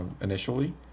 initially